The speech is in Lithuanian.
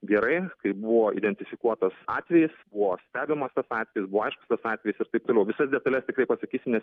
gerai kai buvo identifikuotas atvejis buvo stebimas tas atvejis buvo aiškus tas atvejis ir taip toliau visas detales tikrai pasakysiu nes